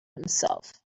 himself